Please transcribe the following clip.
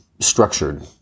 structured